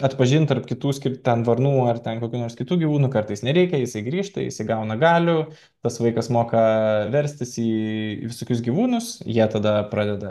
atpažint tarp kitų skirt ten varnų ar ten kokių nors kitų gyvūnų kartais nereikia jisai grįžta įgauna galių tas vaikas moka verstis į visokius gyvūnus jie tada pradeda